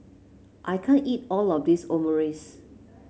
I can't eat all of this Omurice